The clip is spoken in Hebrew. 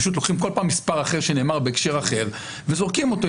פשוט לוקחים כל פעם מספר אחר שנאמר בהקשר אחר וזורקים אותו,